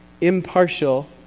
impartial